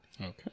Okay